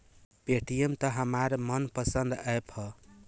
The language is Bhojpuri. पेटीएम त हमार मन पसंद ऐप ह